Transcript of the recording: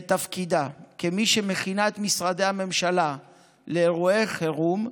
בתפקידה כמי שמכינה את משרדי הממשלה לאירועי חירום,